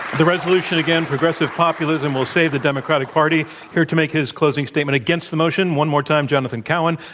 the resolution again, progressive populism will save the democratic party. here to make his closing statement against the motion, motion, one more time, jonathan cowan,